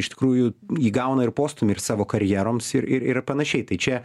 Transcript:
iš tikrųjų įgauna ir postūmį ir savo karjeroms ir ir ir panašiai tai čia